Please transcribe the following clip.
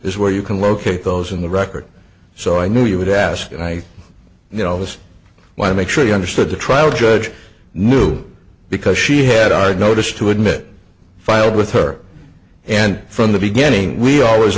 is where you can locate those in the record so i knew you would ask and i know this when i make sure you understood the trial judge knew because she had already noticed to admit filed with her and from the beginning we always